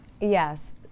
Yes